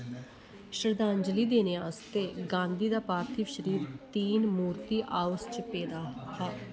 श्रद्धांजलि देने आस्तै गांधी दा पार्थिव शरीर तीन मूर्ति हाउस च पेदा हा